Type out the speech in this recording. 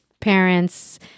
parents